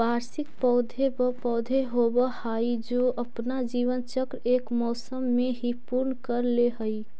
वार्षिक पौधे व पौधे होवअ हाई जो अपना जीवन चक्र एक मौसम में ही पूर्ण कर ले हई